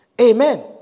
Amen